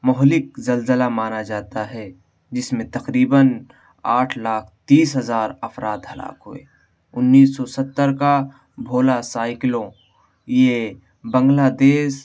مہلک زلزلہ مانا جاتا ہے جس میں تقریباً آٹھ لاکھ تیس ہزار افراد ہلاک ہوئے انیس سو ستّر کا بھولا سائیکلون یہ بنگلہ دیش